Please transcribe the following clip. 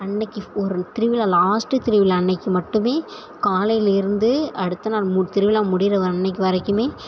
அன்றைக்கு ஒரு திருவிழா லாஸ்ட்டு திருவிழா அன்னைக்கு மட்டுமே காலையிலேருந்து அடுத்த நாள் மு திருவிழா முடிகிற அன்னைக்கு வரைக்குமே